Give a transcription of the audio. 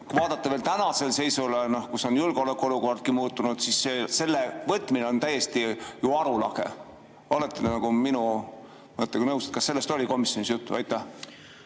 Kui vaadata veel tänast seisu, kui julgeolekuolukordki on muutunud, siis selle võtmine on täiesti arulage. Kas olete minuga nõus? Kas sellest oli komisjonis juttu? Aitäh!